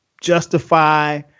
justify